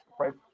right